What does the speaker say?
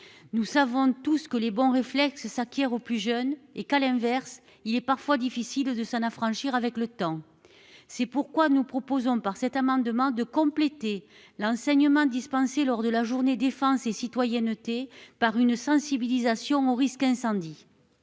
Nous savons tous que les bons réflexes s'acquiert au plus jeunes et qu'à l'inverse, il est parfois difficile de s'en affranchir avec le temps. C'est pourquoi nous proposons par cet amendement de compléter l'enseignement dispensé lors de la Journée défense et citoyenneté par une sensibilisation aux risques incendie.